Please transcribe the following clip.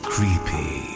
Creepy